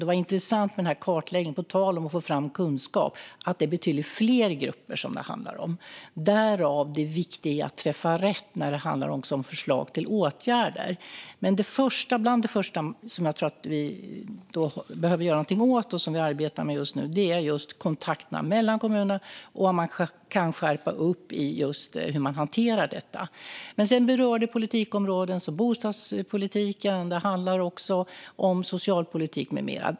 Det var intressant med den här kartläggningen, på tal om att få fram mer kunskap, som visade att det är betydligt fler grupper det handlar om. Det är därför det är så viktigt att träffa rätt när det handlar om förslag till åtgärder. Bland det första jag tror att vi behöver göra någonting åt och som vi arbetar med just nu är just kontakterna mellan kommunerna och att skärpa hur man hanterar dem. Sedan berör det politikområden som bostadspolitiken, socialpolitiken med flera.